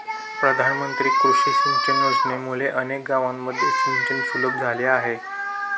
प्रधानमंत्री कृषी सिंचन योजनेमुळे अनेक गावांमध्ये सिंचन सुलभ झाले आहे